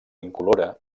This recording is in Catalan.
incolora